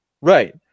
Right